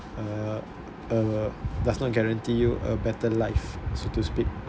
uh uh does not guarantee you a better life so to speak